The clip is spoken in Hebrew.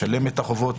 לשלם את החובות,